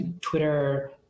twitter